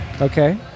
Okay